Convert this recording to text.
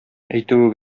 әйтүе